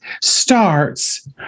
starts